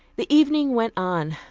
the evening went on.